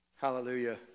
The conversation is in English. Hallelujah